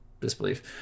disbelief